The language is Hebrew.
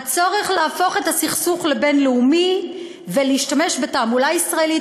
הצורך להפוך את הסכסוך לבין-לאומי ולהשתמש בתעמולה ישראלית,